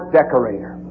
decorator